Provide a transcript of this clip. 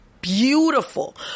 beautiful